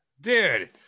dude